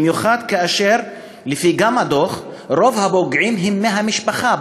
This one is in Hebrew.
במיוחד כאשר גם לפי הדוח רוב הפוגעים הם מהמשפחה,